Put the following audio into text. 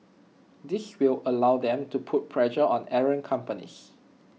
this will allow them to put pressure on errant companies